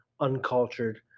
Uncultured